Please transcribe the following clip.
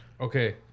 Okay